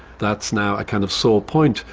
that's now a kind of sore point.